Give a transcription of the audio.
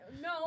No